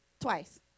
Twice